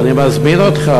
אני מזמין אותך,